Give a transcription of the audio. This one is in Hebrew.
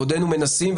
ועודנו מנסים,